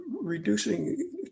reducing